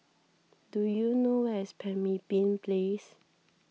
do you know where is Pemimpin Place